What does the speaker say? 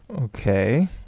okay